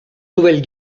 nouvelle